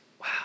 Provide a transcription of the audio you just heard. wow